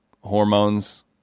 hormones